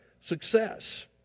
success